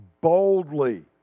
boldly